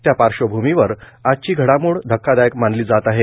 त्या पार्श्वभूमीवर आजची घडामोड धक्कादायक मानली जात आहे